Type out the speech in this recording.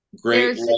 great